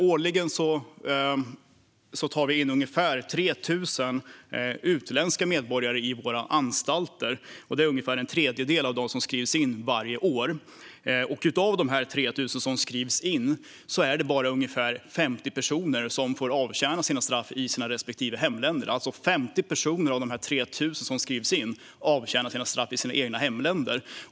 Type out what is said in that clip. Årligen tar vi in ungefär 3 000 utländska medborgare på våra anstalter. Det är ungefär en tredjedel av dem som skrivs in varje år. Av de 3 000 som skrivs in är det bara ungefär 50 personer som får avtjäna sina straff i sina respektive hemländer. Det är alltså 50 personer av de 3 000 som skrivs in som avtjänar sina straff i sina egna hemländer.